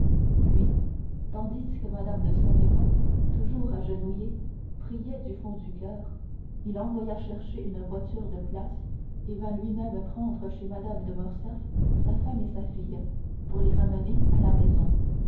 puis tandis que mme de saint méran toujours agenouillée priait du fond du coeur il envoya chercher une voiture de place et vint lui-même prendre chez mme de morcerf sa femme et sa fille pour les ramener à la maison